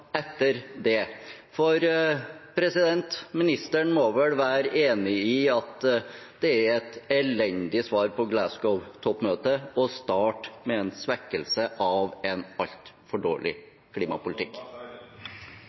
etter det? For ministeren må vel være enig i at det er et elendig svar på Glasgow-toppmøtet å starte med en svekkelse av en altfor